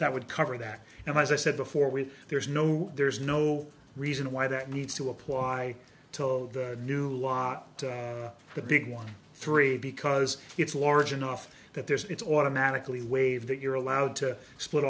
that would cover that and as i said before we there's no there's no reason why that needs to apply to all of the new lot the big one three because it's large enough that there's it's automatically waived that you're allowed to split